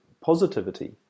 positivity